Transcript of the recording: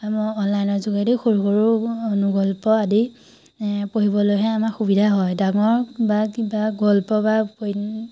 আমাৰ অনলাইনৰ যোগেদি সৰু সৰু অনুগল্প আদি এ পঢ়িবলৈহে আমাৰ সুবিধা হয় ডাঙৰ বা কিবা গল্প বা উপ